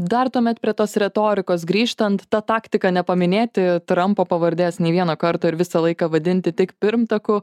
dar tuomet prie tos retorikos grįžtant ta taktika nepaminėti trampo pavardės nei vieno karto ir visą laiką vadinti tik pirmtaku